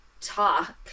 talk